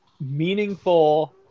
meaningful